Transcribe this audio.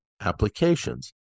applications